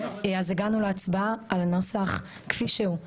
אז הגענו להצבעה על הנוסח כפי שהוא.